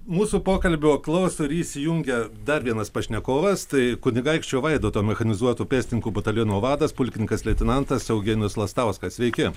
mūsų pokalbio klauso ir jį įsijungia dar vienas pašnekovas tai kunigaikščio vaidoto mechanizuotų pėstininkų bataliono vadas pulkininkas leitenantas eugenijus lastauskas sveiki